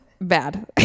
bad